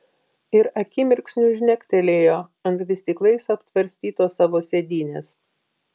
ir akimirksniu žnektelėjo ant vystyklais aptvarstytos savo sėdynės